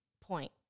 point